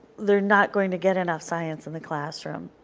they are not going to get enough science in the classroom.